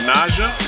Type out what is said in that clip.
Naja